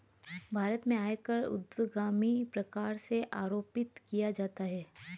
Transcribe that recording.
भारत में आयकर ऊर्ध्वगामी प्रकार से आरोपित किया जाता है